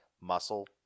muscle